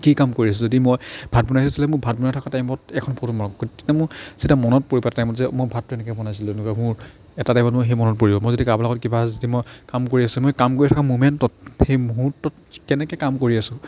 কি কাম কৰি আছোঁ যদি মই ভাত বনাই আছোঁ তেতিয়াহ'লে মোৰ ভাত বনাই থকা টাইমত এখন ফটো মাৰক তেতিয়া মোৰ তেতিয়া মনত পৰিব এটা টাইমত যে মই ভাতটো এনেকৈ বনাইছিলোঁ এনেকুৱা মোৰ এটা টাইমত মই সেই মনত পৰিব মই যদি কাৰোবাৰ লগত কিবা যদি মই কাম কৰি আছোঁ মই কাম কৰি থকা মমেণ্টত সেই মুহূৰ্তত কেনেকৈ কাম কৰি আছোঁ